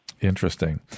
Interesting